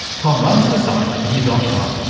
tom runs the site in his off-time,